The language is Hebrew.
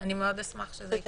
אני מאוד אשמח שזה יקרה.